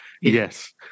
yes